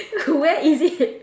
where is it